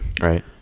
right